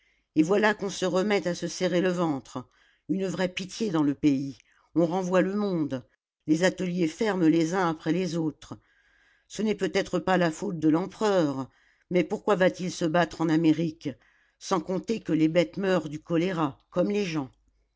et voilà qu'on se remet à se serrer le ventre une vraie pitié dans le pays on renvoie le monde les ateliers ferment les uns après les autres ce n'est peut-être pas la faute de l'empereur mais pourquoi va-t-il se battre en amérique sans compter que les bêtes meurent du choléra comme les gens